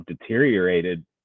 deteriorated